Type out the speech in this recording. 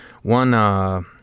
One